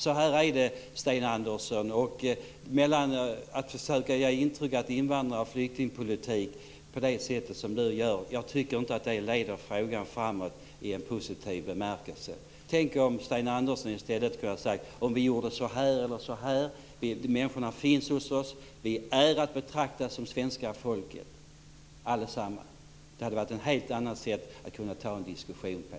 Så är det, Sten Andersson. Jag tycker inte att det intryck som Sten Andersson försöker ge i fråga om invandrar och flyktingpolitik för frågan framåt i en positivt riktning. Tänk om Sten Andersson i stället kunde ha sagt: Vi skulle kunna göra så här eller så här. Människorna finns hos oss. Vi är alla att betrakta som det svenska folket. Det hade blivit ett helt annat sätt att ta en diskussion på.